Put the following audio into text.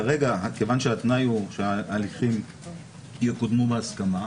כרגע כיוון שהתנאי הוא שההליכים יקודמו בהסכמה,